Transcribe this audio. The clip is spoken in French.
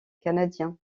canadien